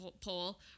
poll